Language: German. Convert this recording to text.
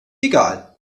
egal